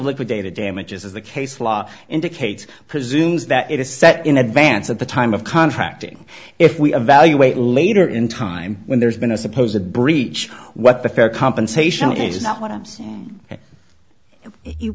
liquidated damages the case law indicates presumes that it is set in advance at the time of contracting if we evaluate later in time when there's been a suppose a breach what the fair compensation is not what i'm saying